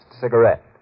cigarette